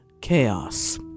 chaos